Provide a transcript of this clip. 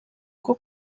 bwo